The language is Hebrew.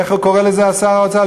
איך הוא קורא לזה שר האוצר?